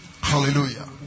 Hallelujah